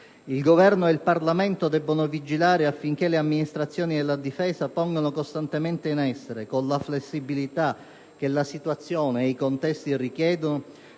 Il Governo e il Parlamento debbono vigilare affinché le amministrazioni della Difesa pongano costantemente in essere, con la flessibilità che la situazione ed i contesti richiedono,